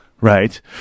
Right